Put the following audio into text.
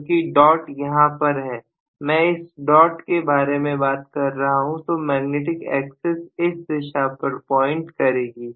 क्योंकि डॉट यहां ऊपर है मैं इस डॉट के बारे में बात कर रहा हूं तो मैग्नेटिक एक्सेस इस दिशा पर पॉइंट करेगी